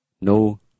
no